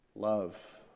Love